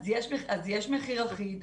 אז באמת יש מחיר אחיד.